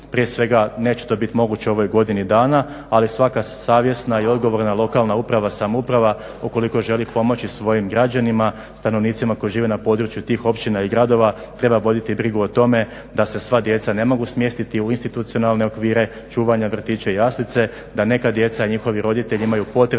prije svega neće to biti moguće u ovoj godini dana ali svaka savjesna i odgovorna lokalna uprava, samouprava ukoliko želi pomoći svojim građanima, stanovnicima koji žive na području tih općina i gradova treba voditi brigu o tome da se sva djeca ne mogu smjestiti u institucionalne okvire čuvanja, vrtiće i jaslice, da neka djeca i njihovi roditelji imaju potrebe